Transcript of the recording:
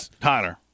Tyler